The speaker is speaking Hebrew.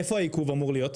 איפה העיכוב אמור להיות?